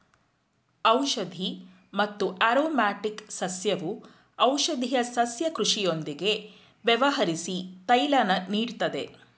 ಔಷಧಿ ಮತ್ತು ಆರೊಮ್ಯಾಟಿಕ್ ಸಸ್ಯವು ಔಷಧೀಯ ಸಸ್ಯ ಕೃಷಿಯೊಂದಿಗೆ ವ್ಯವಹರ್ಸಿ ತೈಲನ ನೀಡ್ತದೆ